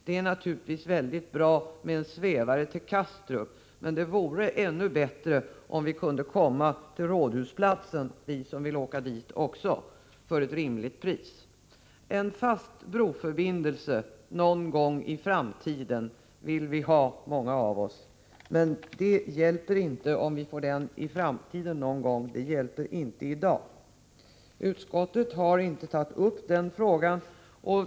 Det är naturligtvis bra med en svävare till Kastrup, men det vore ännu bättre om vi kunde komma till Rådhusplatsen också för ett rimligt pris. En fast broförbindelse någon gång i framtiden vill många av oss ha, men att vi vill det hjälper oss inte i dag. Utskottet har inte tagit upp den frågan.